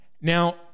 Now